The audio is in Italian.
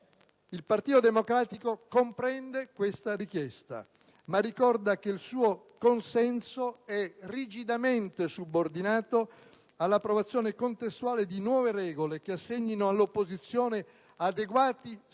Il Partito Democratico comprende questa richiesta ma ricorda che il suo consenso è rigidamente subordinato all'approvazione contestuale di nuove regole che assegnino all'opposizione adeguati spazi